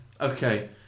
Okay